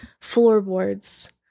floorboards